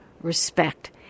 respect